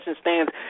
stands